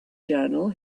journal